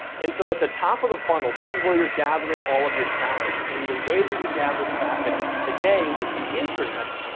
and so at the top of the funnel, this is where you're gathering all of your traffic, and the way that you gather traffic today with the internet,